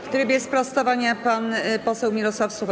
W trybie sprostowania pan poseł Mirosław Suchoń.